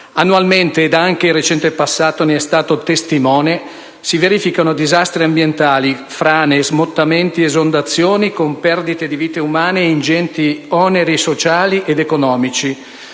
Annualmente, e anche il recente passato ne è stato testimone, si verificano disastri ambientali, frane, smottamenti ed esondazioni con perdite di vite umane e ingenti oneri sociali ed economici.